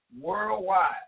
worldwide